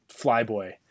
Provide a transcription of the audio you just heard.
flyboy